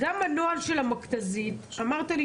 גבי את ראית הנוהל של המכת"זית המושחר שמפורסם?